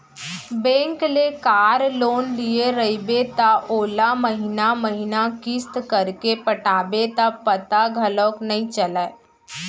bank ले car loan लिये रइबे त ओला महिना महिना किस्त करके पटाबे त पता घलौक नइ चलय